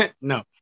no